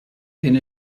din